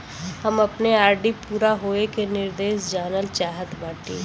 हम अपने आर.डी पूरा होवे के निर्देश जानल चाहत बाटी